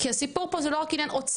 כי הסיפור פה הוא לא רק עניין אוצרי,